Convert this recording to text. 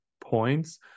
points